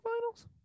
finals